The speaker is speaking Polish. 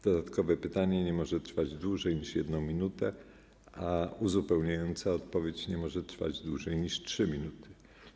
Dodatkowe pytanie nie może trwać dłużej niż 1 minutę, a uzupełniająca odpowiedź nie może trwać dłużej niż 3 minuty.